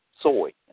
soy